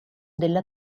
della